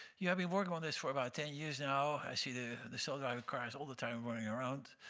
you have been working on this for about ten years now. i see the the self-driving cars all the time running around.